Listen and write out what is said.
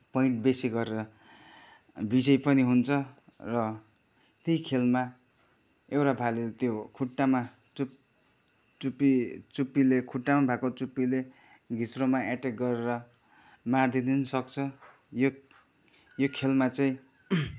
point बेसी गरेर विजय पनि हुन्छ र त्यही खेलमा एउटा भालेले त्यो खुट्टामा चुप्पी चुप्पी चुप्पीले खुट्टामा भएको चुप्पीले घिच्रोमा एट्याक गरेर मारिदिनु नि सक्छ यो यो खेलमा चाहिँ